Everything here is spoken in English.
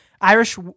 Irish